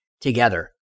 together